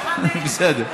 בסדר.